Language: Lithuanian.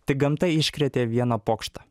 tai gamta iškrėtė vieną pokštą